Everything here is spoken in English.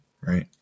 Right